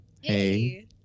Hey